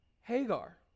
hagar